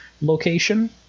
location